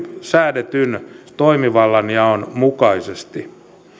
säädetyn toimivallanjaon mukaisesti